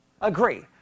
agree